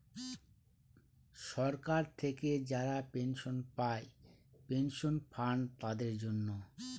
সরকার থেকে যারা পেনশন পায় পেনশন ফান্ড তাদের জন্য